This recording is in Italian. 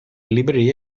librerie